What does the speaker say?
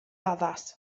addas